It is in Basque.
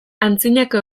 antzinako